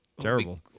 terrible